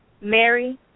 Mary